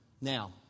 Now